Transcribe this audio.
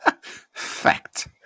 Fact